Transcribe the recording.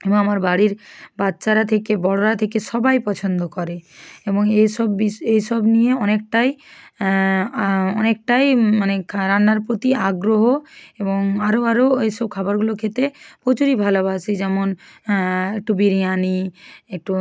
এবং আমার বাড়ির বাচ্চারা থেকে বড়োরা থেকে সবাই পছন্দ করে এবং এই সব বিষ এই সব নিয়ে অনেকটাই অনেকটাই মানে রান্নার প্রতি আগ্রহ এবং আরও আরও এই সব খাবারগুলো খেতে প্রচুরই ভালোবাসি যেমন একটু বিরিয়ানি একটু